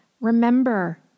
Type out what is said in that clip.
Remember